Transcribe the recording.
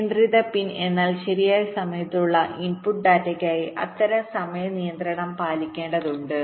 നിയന്ത്രിത പിൻ എന്നാൽ ശരിയായ സമയത്തിലുള്ള ഇൻപുട്ട് ഡാറ്റയ്ക്കായി അത്തരം സമയ നിയന്ത്രണം പാലിക്കേണ്ടതുണ്ട്